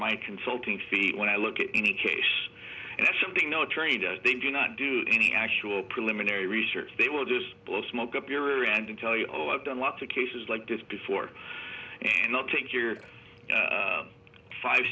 my consulting fee when i look at any case and that's something no trained they do not do any actual preliminary research they will just blow smoke up your ear and tell you oh i've done lots of cases like this before and i'll take your five